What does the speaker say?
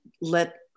let